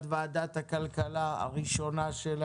אני שמח לפתוח את ישיבת ועדת הכלכלה הראשונה שלה,